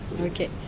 Okay